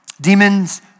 Demons